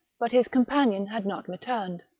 but his companion had not returned.